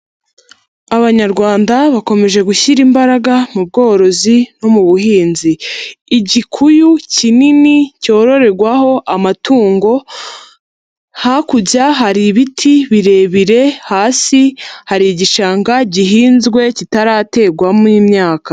Abanyarwanda bakomeje gushyira imbaraga mu bworozi no mu buhinzi. Igikuyu kinini cyororerwaho amatungo, hakurya hari ibiti birebire, hasi hari igishanga gihinzwe kitarategwamo imyaka.